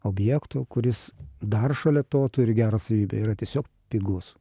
objekto kuris dar šalia to turi gerą savybę yra tiesiog pigus